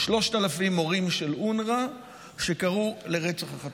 3,000 מורים של אונר"א שקראו לרצח החטופים.